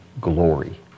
glory